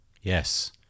Yes